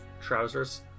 trousers